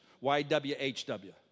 Y-W-H-W